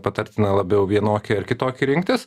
patartina labiau vienokį ar kitokį rinktis